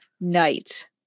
night